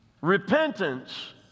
Repentance